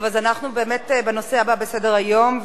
אנחנו באמת בנושא הבא בסדר-היום,